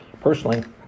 Personally